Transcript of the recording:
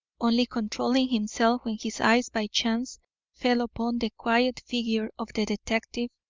only controlling himself when his eyes by chance fell upon the quiet figure of the detective,